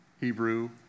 Hebrew